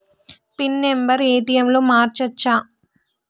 Pin number ATM లో మార్చచ్చా?